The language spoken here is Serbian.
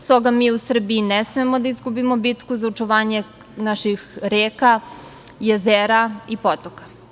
Stoga mi u Srbiji ne smemo da izgubimo bitku za očuvanje naših reka, jezera i potoka.